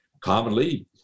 commonly